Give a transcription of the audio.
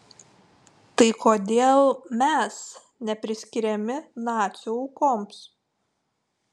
tai kodėl mes nepriskiriami nacių aukoms